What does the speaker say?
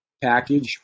package